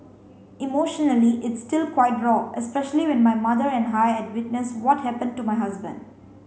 emotionally it's still quite raw especially when my mother and I had witnessed what happened to my husband